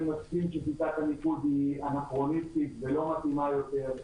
אני מסכים ששיטת הניקוד היא אנכרוניסטית ולא מתאימה יותר.